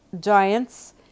giants